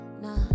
nah